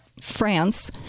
France